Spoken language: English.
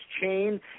chain